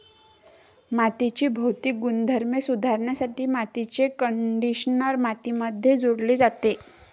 मातीचे भौतिक गुणधर्म सुधारण्यासाठी मातीचे कंडिशनर मातीमध्ये जोडले जाते